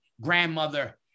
grandmother